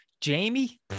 Jamie